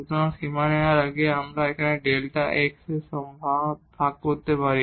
সুতরাং সীমা নেওয়ার আগে আমরা Δ x এর দ্বারা ভাগ করতে পারি